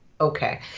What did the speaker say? Okay